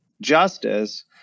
justice